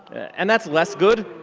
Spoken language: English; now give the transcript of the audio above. and that's less good.